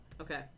Okay